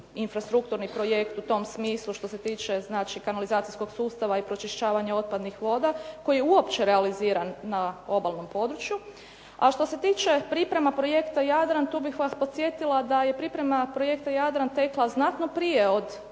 infrastrukturni projekt u tom smislu što se tiče kanalizacijskog sustava i pročišćavanja otpadnih voda koji je uopće realiziran na obalnom području. A što se tiče priprema projekta "Jadran" tu bih vas podsjetila da je priprema projekta "Jadran" tekla znatno prije od